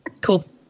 Cool